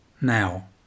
now